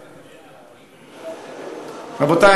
רבותי,